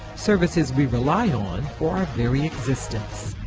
services we rely on for our very existence.